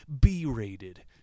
B-rated